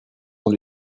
dont